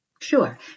sure